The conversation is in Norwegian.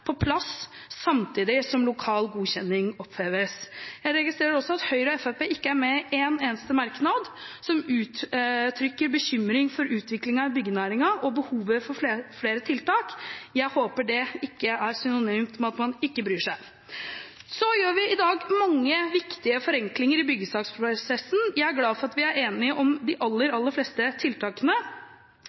på plass de kompenserende tiltakene samtidig som lokal godkjenning oppheves. Jeg registrerer at Høyre og Fremskrittspartiet ikke er med på en eneste merknad der man uttrykker bekymring over utviklingen i byggenæringen og behovet for flere tiltak. Jeg håper det ikke er synonymt med at man ikke bryr seg. Vi foretar i dag mange viktige forenklinger i byggesaksprosessen. Jeg er glad for at vi er enige om de aller fleste tiltakene.